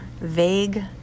vague